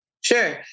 Sure